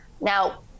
Now